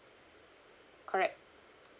correct